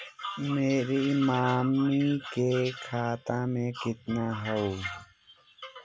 मेरा मामी के खाता में कितना हूउ?